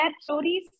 stories